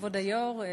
היושב-ראש,